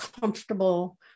comfortable